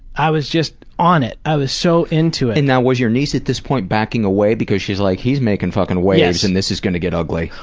i was just on it. i was so into it. and now was your niece at this point backing away because she's like, he's making fucking waves and this is gonna get ugly?